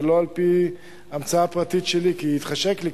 ולא על-פי המצאה פרטית שלי כי התחשק לי,